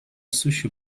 sushi